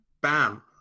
bam